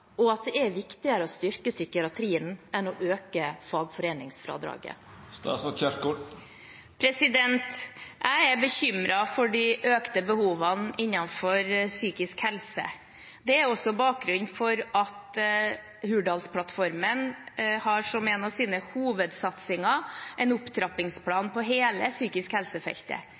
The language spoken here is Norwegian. og at det er viktigere å styrke psykiatrien enn å øke fagforeningsfradraget? Jeg er bekymret for de økte behovene innenfor psykisk helse. Det er også bakgrunnen for at Hurdalsplattformen har som en av sine hovedsatsinger en opptrappingsplan på hele psykisk helsefeltet,